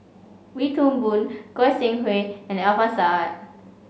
Wee Toon Boon Goi Seng Hui and Alfian Sa'at